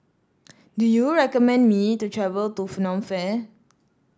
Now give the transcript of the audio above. do you recommend me to travel to Phnom Penh